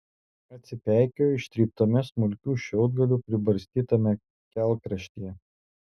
atsipeikėjo ištryptame smulkių šiaudgalių pribarstytame kelkraštyje